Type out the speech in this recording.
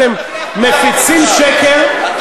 אתם הכנסתם את הרמטכ"ל.